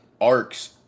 arcs